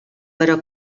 però